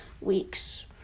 weeks